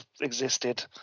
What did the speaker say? existed